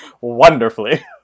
wonderfully